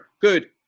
good